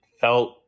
felt